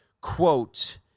quote